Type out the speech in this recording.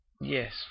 Yes